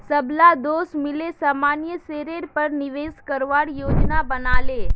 सबला दोस्त मिले सामान्य शेयरेर पर निवेश करवार योजना बना ले